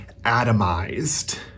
atomized